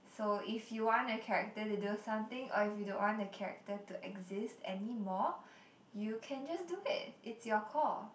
so if you want the character to do something or if you don't want the character to exist anymore you can just do it it's your call